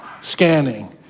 scanning